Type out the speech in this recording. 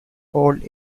old